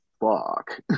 fuck